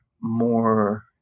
more